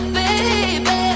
baby